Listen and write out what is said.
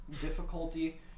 Difficulty